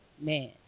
Man